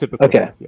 Okay